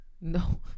No